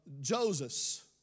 Joseph